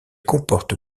comporte